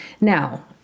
Now